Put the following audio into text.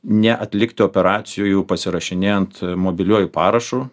neatlikti operacijų pasirašinėjant mobiliuoju parašu